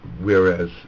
whereas